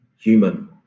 human